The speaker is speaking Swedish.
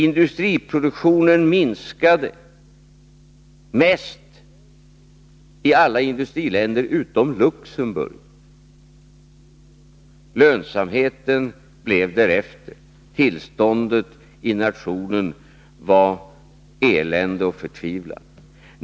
Industriproduktionen häri Sverige var den som minskade mest jämfört med industriproduktionen i alla länder utom Luxemburg. Lönsamheten blev därefter. Tillståndet i nationen var elände och förtvivlan.